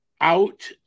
out